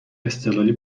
استقلالی